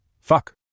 Fuck